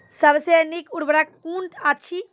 सबसे नीक उर्वरक कून अछि?